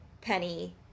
penny